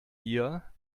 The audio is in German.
ihr